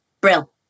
Brill